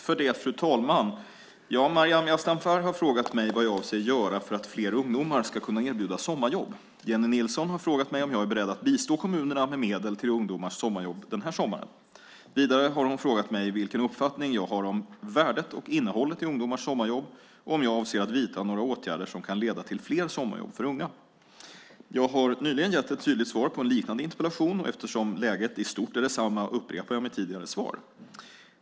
Fru talman! Maryam Yazdanfar har frågat mig vad jag avser att göra för att fler ungdomar ska kunna erbjudas sommarjobb. Jennie Nilsson har frågat mig om jag är beredd att bistå kommunerna med medel till ungdomars sommarjobb denna sommar. Vidare har hon frågat mig vilken uppfattning jag har om värdet och innehållet i ungdomars sommarjobb och om jag avser att vidta några åtgärder som kan leda till fler sommarjobb för unga. Jag har nyligen gett ett tydligt svar på en liknande interpellation. Eftersom läget i stort är detsamma upprepar jag mitt tidigare svar.